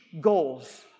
goals